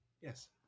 Yes